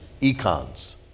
econs